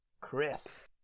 Chris